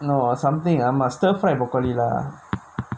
you know ah something ah must stir fry the broccoli lah